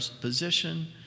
position